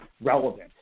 relevant